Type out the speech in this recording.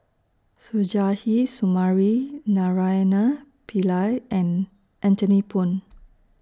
Suzairhe Sumari Naraina Pillai and Anthony Poon